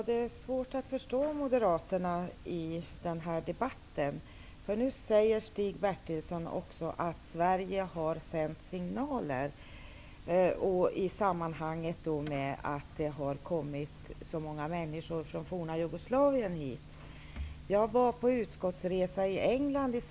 Herr talman! I den här debatten är det svårt att förstå moderaterna. Stig Bertilsson säger att Sverige sänt ut signaler och att det i det sammanhanget har kommit så många människor ifrån det forna Jugoslavien. I somras var jag på utskottsresa i England.